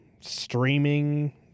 streaming